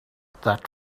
that